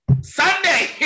Sunday